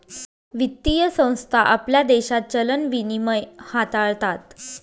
वित्तीय संस्था आपल्या देशात चलन विनिमय हाताळतात